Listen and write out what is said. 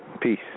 Peace